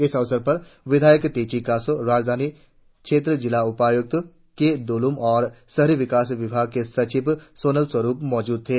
इस अवसर पर विधायक तेची कासो राजधानी क्षेत्र जिला उपायुक्त के दोलूम और शहरी विकास विभाग के सचिव सोनल स्वरुप मौजूद थे